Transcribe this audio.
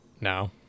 now